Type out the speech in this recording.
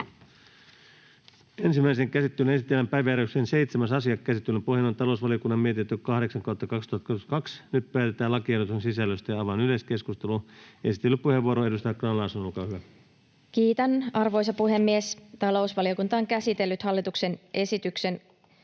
Ensimmäiseen käsittelyyn esitellään päiväjärjestyksen 7. asia. Käsittelyn pohjana on talousvaliokunnan mietintö TaVM 8/2022 vp. Nyt päätetään lakiehdotusten sisällöstä. — Avaan yleiskeskustelun. Esittelypuheenvuoro, edustaja Grahn-Laasonen, olkaa hyvä. Kiitän, arvoisa puhemies! Talousvaliokunta on käsitellyt hallituksen esityksen